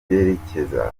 byerekeza